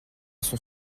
son